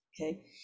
Okay